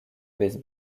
base